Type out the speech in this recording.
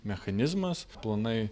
mechanizmas planai